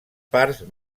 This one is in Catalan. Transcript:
parts